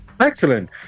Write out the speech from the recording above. Excellent